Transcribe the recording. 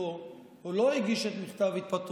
התפטרותו או לא הגיש את מכתב התפטרותו,